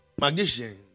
Magician